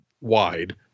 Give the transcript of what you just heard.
wide